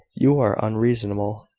you are unreasonable.